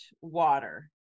water